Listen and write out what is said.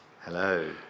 Hello